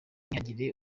ntihagire